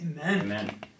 Amen